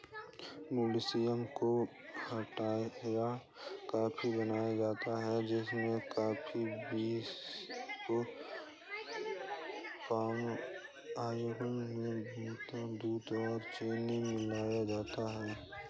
Malaysia में white coffee बनाई जाती है जिसमें कॉफी बींस को पाम आयल में भूनकर दूध और चीनी मिलाया जाता है